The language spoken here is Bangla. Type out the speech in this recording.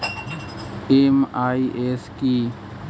এম.আই.এস কি?